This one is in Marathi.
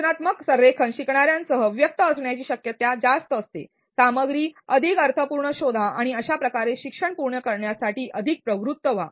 विधायक संरेखन सह शिकणार्यांना व्यस्त वाटत असेल सामग्री अधिक अर्थपूर्ण शोधा आणि अशा प्रकारे शिक्षण पूर्ण करण्यासाठी अधिक प्रवृत्त व्हा